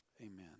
Amen